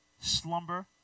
Slumber